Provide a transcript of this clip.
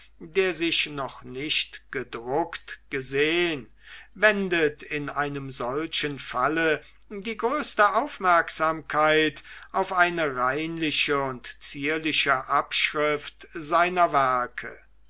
der sich noch nicht gedruckt gesehn wendet in einem solchen falle die größte aufmerksamkeit auf eine reinliche und zierliche abschrift seiner werke